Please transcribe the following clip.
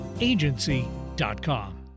agency.com